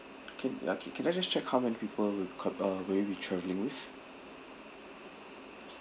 K uh can I just check how many people will co~ uh will you be travelling with